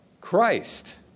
Christ